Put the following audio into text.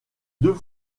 deux